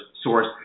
source